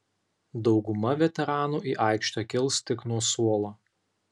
dauguma veteranų į aikštę kils tik nuo suolo